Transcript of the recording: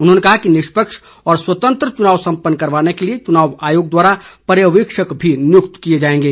उन्होंने कहा कि निष्पक्ष व स्वतंत्र चुनाव संपन्न करवाने के लिए चुनाव आयोग द्वारा पर्यवेक्षक भी नियुक्त किए जाएंगे